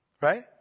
Right